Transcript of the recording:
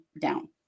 down